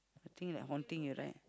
you think like haunting you right